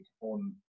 on